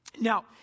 Now